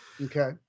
Okay